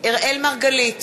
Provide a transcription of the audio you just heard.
אראל מרגלית,